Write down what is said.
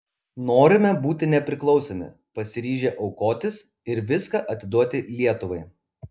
norime būti nepriklausomi pasiryžę aukotis ir viską atiduoti lietuvai